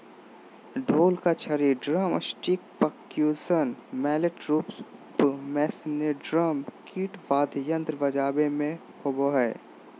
ढोल का छड़ी ड्रमस्टिकपर्क्यूशन मैलेट रूप मेस्नेयरड्रम किट वाद्ययंत्र बजाबे मे होबो हइ